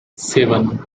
seven